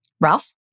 Ralph